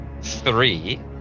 three